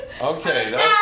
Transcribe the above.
Okay